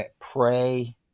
pray